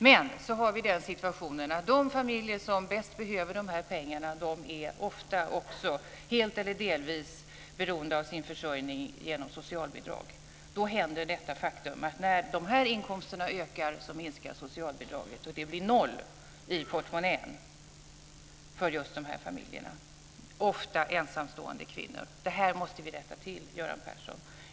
Men sedan har vi den situationen att de familjer som bäst behöver de här pengarna ofta är helt eller delvis beroende av sin försörjning genom socialbidrag. Då händer detta faktum att när de här inkomsterna ökar så minskar socialbidraget, och det blir noll i portmonnän för just de här familjerna - ofta ensamstående kvinnor. Det här måste vi rätta till, Göran Persson.